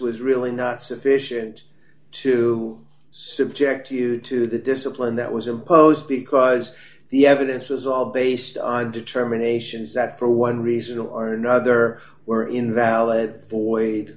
was really not sufficient to subject you to the discipline that was imposed because the evidence was all based on determinations that for one reason or another were invalid